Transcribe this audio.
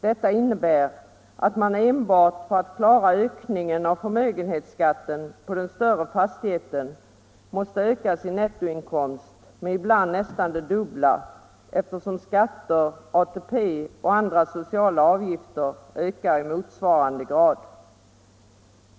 Detta innebär att man enbart för att klara ökningen av förmögenhetsskatten på den större fastigheten måste öka sin nettoinkomst med ibland nästan det dubbla, eftersom skatter, ATP och andra sociala avgifter ökar i motsvarande grad.